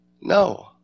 No